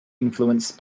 influenced